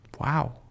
Wow